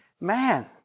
man